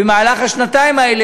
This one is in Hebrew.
במהלך השנתיים האלה,